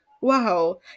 wow